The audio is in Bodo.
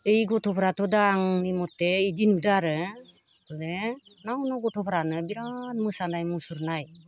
ऐ गथ'फोराथ' दा आंनि मथे इदि नुदो आरो बे नाव नाव गथ'फ्रानो बिराद मोसानाय मुसुरनाय